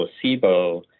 placebo